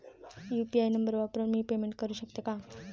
UPI number वापरून मी payment करू शकते का?